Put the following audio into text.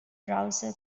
browser